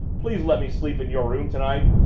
please let me sleep in your room tonight!